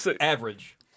Average